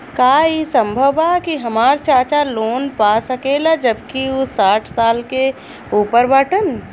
का ई संभव बा कि हमार चाचा लोन पा सकेला जबकि उ साठ साल से ऊपर बाटन?